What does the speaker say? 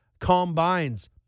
combines